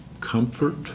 Comfort